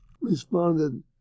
responded